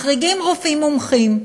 מחריגים רופאים מומחים.